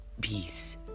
peace